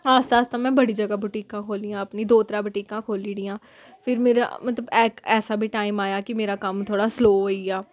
आस्ता आस्ता में बड़ी जगह् बटीकां खोह्लियां अपनी दो त्रै बटीकां खोह्ली ओड़ियां फिर मेरा मतलब ऐसा बी टाइम आया कि मेरा कम्म थोह्ड़ा स्लो होई गेआ